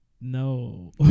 No